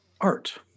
art